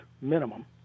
minimum